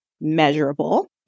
measurable